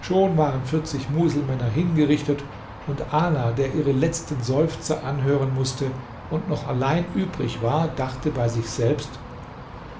schon waren vierzig muselmänner hingerichtet und ala der ihre letzten seufzer anhören mußte und noch allein übrig war dachte bei sich selbst